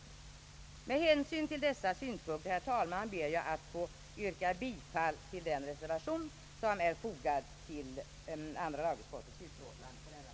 Med hänsyn till dessa synpunkter, kerr talman, ber jag att få yrka bifall till den reservation som på denna punkt är fogad till andra lagutskottets utlåtande.